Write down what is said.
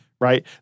right